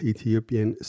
Ethiopian